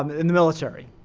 um in the military?